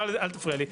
אל תפריע לי.